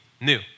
new